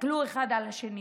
תסתכלו אחד על השני